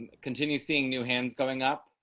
ah continue seeing new hands going up.